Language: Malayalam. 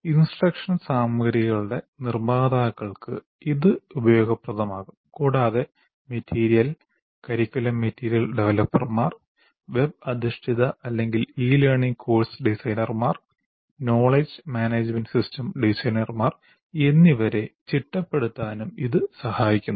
ഇൻസ്ട്രക്ഷൻ സാമഗ്രികളുടെ നിർമ്മാതാക്കൾക്ക് ഇത് ഉപയോഗപ്രദമാകും കൂടാതെ മെറ്റീരിയൽ കരിക്കുലം മെറ്റീരിയൽ ഡവലപ്പർമാർ വെബ് അധിഷ്ഠിത അല്ലെങ്കിൽ ഇ ലേണിംഗ് കോഴ്സ് ഡിസൈനർമാർ നോളജ് മാനേജുമെന്റ് സിസ്റ്റം ഡിസൈനർമാർ എന്നിവരെ ചിട്ടപ്പെടുത്താനും ഇത് സഹായിക്കുന്നു